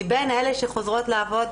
מבין אלה שחוזרות לעבוד,